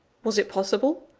was it possible?